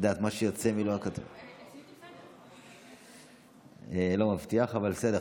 אני לא מבטיח, אבל בסדר.